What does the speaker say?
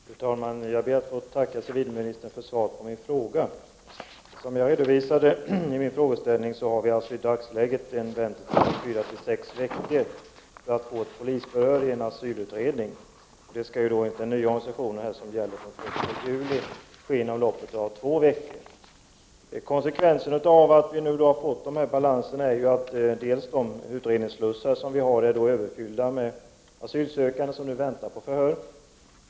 Fru talman! Jag ber att få tacka civilministern för svaret på min fråga. Som jag redovisat i frågan tar det i dag fyra å sex veckor för att få till stånd ett polisförhör i en asylutredning, medan det enligt den organisation som gäller från den 1 juli skall ske inom loppet av två veckor. Konsekvenserna av att vi fått dessa balanser är att utredningsslussarna är överfyllda med asylsökande som väntar på förhör.